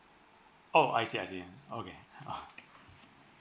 oh I see I see okay